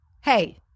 Hey